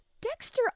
Dexter